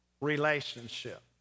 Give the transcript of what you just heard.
relationship